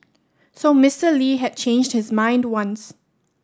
so Mister Lee had changed his mind once